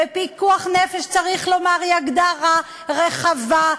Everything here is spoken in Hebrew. ולפיקוח נפש, צריך לומר, יש הגדרה רחבה.